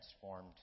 transformed